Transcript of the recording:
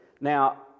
Now